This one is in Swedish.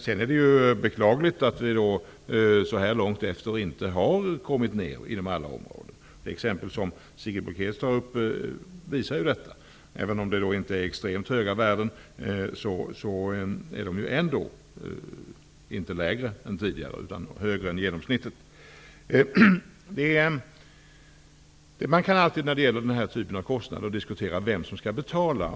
Sedan är det beklagligt att värdena så här lång tid efteråt inte har minskat i alla områden. Det som Sigrid Bolkéus tar upp visar detta. Även om värdena inte är extremt höga är de ändå inte lägre än tidigare utan högre än genomsnittet. När det gäller den här typen av kostnader kan man alltid diskutera vem som skall betala.